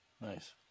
Nice